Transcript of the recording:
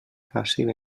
fàcil